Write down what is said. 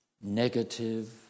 negative